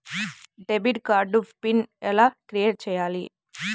Debit card pin ఎలా create చెయ్యాలి?